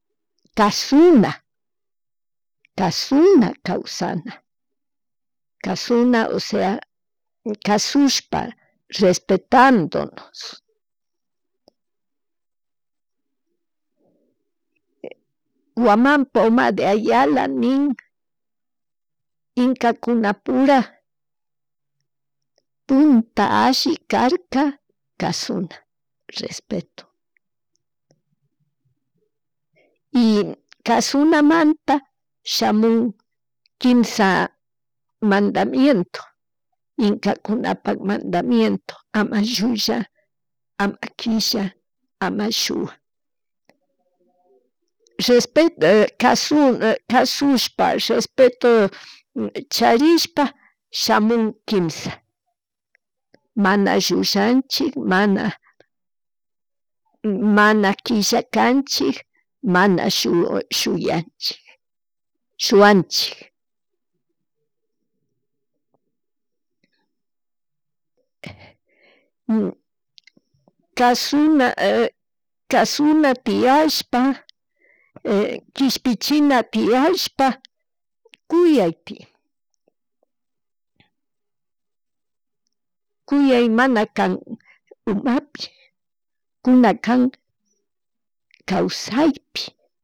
Kashuna, kashuna kawsana, kashuna, osea kashushpa respetandonos, Guaman Poma de Ayala nin inka kuna pura punta alli karka kashuna, respeto, y kashunamanta shamun quimsha mandamiento inkakunapak mandamineto ama llulla, ama killa, ama shuwa, respeto kashushpa respeto charispa shamun quimsa manna llullanhik mana, mana killa kanchik, ma shuyanchis, shuwanchik. Kashuna, kashuna tiyashpa kishpichina tiyashpa kuyay tiyan kuyay mana kan umapi kuna kan, kawsaypi